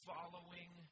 Following